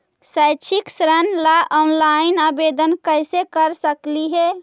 शैक्षिक ऋण ला ऑनलाइन आवेदन कैसे कर सकली हे?